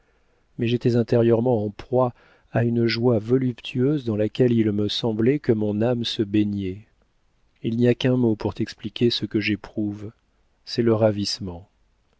mais j'étais intérieurement en proie à une joie voluptueuse dans laquelle il me semblait que mon âme se baignait il n'y a qu'un mot pour t'expliquer ce que j'éprouve c'est le ravissement